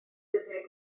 dyddiau